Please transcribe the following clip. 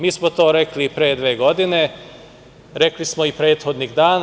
Mi smo to rekli i pre dve godine, rekli smo i prethodnih dana.